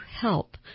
help